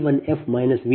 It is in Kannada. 20 j0